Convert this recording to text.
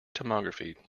tomography